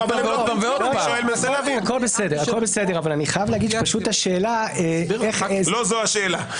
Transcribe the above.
אני חייב להגיד שהשאלה --- לא זו השאלה.